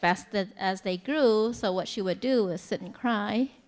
fast as they grew so what she would do is sit and cry